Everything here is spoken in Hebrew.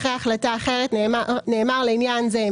אחרי "החלטה אחרת" נאמר "לעניין זה,